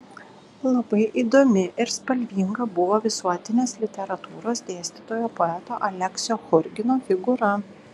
labai įdomi ir spalvinga buvo visuotinės literatūros dėstytojo poeto aleksio churgino figūra